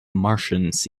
martians